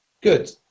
Good